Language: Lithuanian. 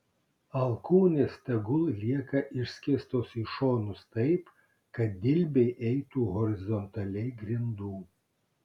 alkūnės tegul lieka išskėstos į šonus taip kad dilbiai eitų horizontaliai grindų